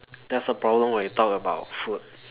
that's a problem when you talk about food